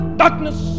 darkness